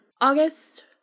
August